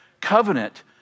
covenant